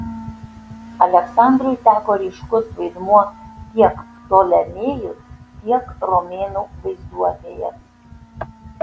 aleksandrui teko ryškus vaidmuo tiek ptolemėjų tiek romėnų vaizduotėje